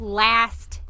last